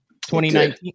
2019